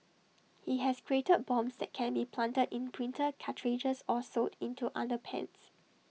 he has created bombs that can be planted in printer cartridges or sewn into underpants